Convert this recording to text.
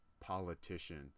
politician